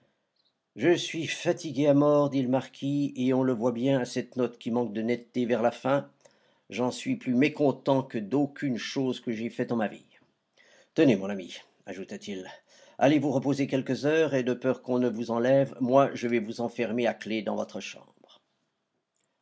je suis fatigué à la mort dit le marquis et on le voit bien à cette note qui manque de netteté vers la fin j'en suis plus mécontent que d'aucune chose que j'aie faite en ma vie tenez mon ami ajouta-t-il allez vous reposer quelques heures et de peur qu'on ne vous enlève moi je vais vous enfermer à clef dans votre chambre